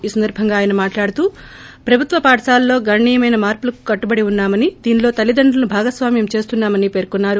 ఈ సందర్బంగా ఆయన మాట్లాడుతూ ప్రభుత్వ పాఠశాలల్లో గణనీయమైన మార్పులకు కట్టుబడి ఉన్నామని దీనిలో తల్లిదండ్రులను భాగస్వామ్యం చేస్తున్నామని పేర్కొన్నారు